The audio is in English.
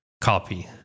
copy